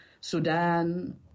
Sudan